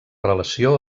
relació